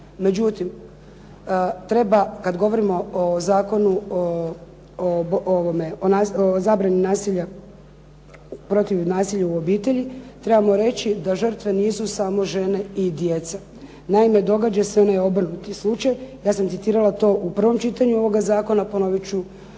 Međutim, treba kada govorimo o Zakonu protiv nasilja u obitelji trebamo reći da žrtve nisu samo žene i djeca. Naime, događa se i onaj obrnuti slučaj. Ja sam citirala u prvom čitanju ovoga zakona, ponovit ću